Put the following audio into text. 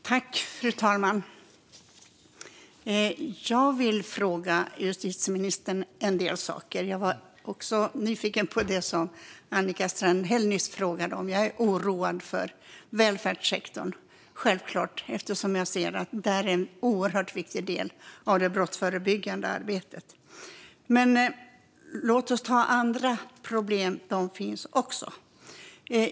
Fru talman! Jag vill fråga justitieministern en del saker. Jag var också nyfiken på det som Annika Strandhäll nyss frågade om. Jag är oroad för välfärdssektorn eftersom jag ser att den är en oerhört viktig del av det brottsförebyggande arbetet. Men låt oss ta upp andra problem. De finns också.